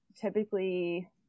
typically